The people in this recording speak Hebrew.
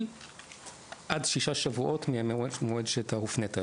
עד שישה שבועות מהמועד שהופנית אליו,